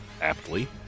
aptly